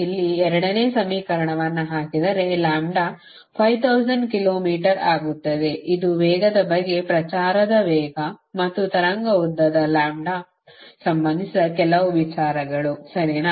ಇಲ್ಲಿ ಎರಡನೇ ಸಮೀಕರಣವನ್ನು ಹಾಕಿದರೆ ಲ್ಯಾಂಬ್ಡಾ 5000 ಕಿಲೋ ಮೀಟರ್ ಆಗುತ್ತದೆ ಇದು ವೇಗದ ಬಗ್ಗೆ ಪ್ರಚಾರದ ವೇಗ ಮತ್ತು ತರಂಗ ಉದ್ದದ ಲ್ಯಾಂಬ್ಡಾ ಸಂಬಂಧಿಸಿದ ಕೆಲವು ವಿಚಾರಗಳು ಸರಿನಾ